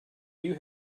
you